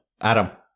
Adam